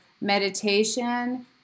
meditation